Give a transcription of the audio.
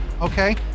okay